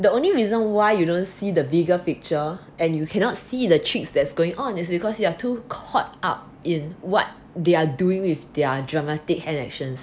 the only reason why you don't see the bigger picture and you cannot see the tricks that's going on it's because you are too caught up in what they are doing with their dramatic hand actions